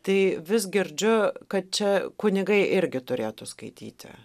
tai vis girdžiu kad čia kunigai irgi turėtų skaityti